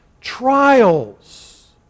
Trials